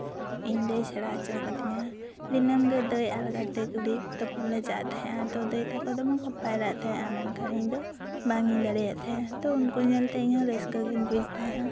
ᱤᱧ ᱫᱟᱹᱭ ᱥᱮᱬᱟ ᱦᱚᱪᱚ ᱟᱠᱟᱹᱫᱤᱧᱟ ᱫᱤᱱᱟᱹᱢ ᱜᱮ ᱫᱟᱹᱭ ᱟᱨ ᱜᱟᱛᱮ ᱠᱩᱲᱤ ᱛᱳᱯᱳᱜ ᱞᱮ ᱪᱟᱞᱟᱜ ᱛᱟᱦᱮᱸᱜᱼᱟ ᱛᱚ ᱫᱟᱹᱭ ᱛᱟᱠᱚ ᱫᱚᱢᱮ ᱠᱚ ᱯᱟᱭᱨᱟᱜ ᱛᱟᱦᱮᱸᱜᱼᱟ ᱢᱮᱱᱠᱷᱟᱱ ᱤᱧᱫᱚ ᱵᱟᱝᱤᱧ ᱫᱟᱲᱭᱟᱜ ᱛᱟᱦᱮᱸᱫᱼᱟ ᱟᱫᱚ ᱩᱱᱠᱩ ᱧᱮᱞᱛᱮ ᱤᱧ ᱦᱚᱸ ᱨᱟᱹᱥᱠᱟᱹᱜᱤᱧ ᱵᱩᱡ ᱛᱟᱦᱮᱸᱜᱼᱟ